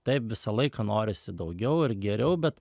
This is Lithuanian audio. taip visą laiką norisi daugiau ir geriau bet